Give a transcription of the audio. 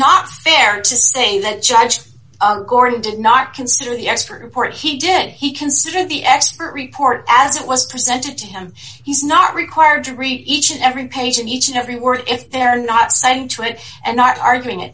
not fair to say that judge gordon did not consider the expert report he did he consider the expert report as it was presented to him he's not required to read each and every page in each and every word if they're not signed to it and not arguing